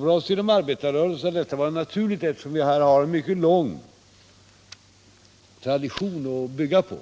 För oss inom arbetarrörelsen har detta varit naturligt, eftersom vi har — Nordiska rådet en mycket lång tradition att bygga på.